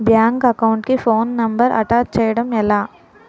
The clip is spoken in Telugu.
బ్యాంక్ అకౌంట్ కి ఫోన్ నంబర్ అటాచ్ చేయడం ఎలా?